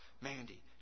Mandy